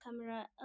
camera